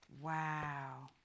Wow